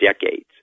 decades